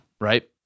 right